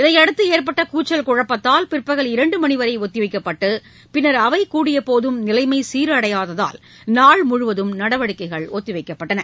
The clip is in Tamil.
இதையடுத்து ஏற்பட்ட கூச்சல் குழப்பத்தால் பிற்பகல் இரண்டு மணிவரை ஒத்திவைக்கப்பட்டு பின்னர் அவை கூடியபோதும் நிலைமை சீரடையாததால் நாள் முழுவதும் நடவடிக்கைகள் ஒத்திவைக்கப்பட்டன